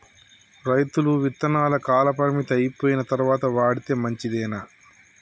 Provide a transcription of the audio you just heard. రైతులు విత్తనాల కాలపరిమితి అయిపోయిన తరువాత వాడితే మంచిదేనా?